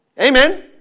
Amen